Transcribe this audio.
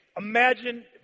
imagine